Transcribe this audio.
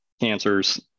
cancers